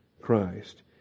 Christ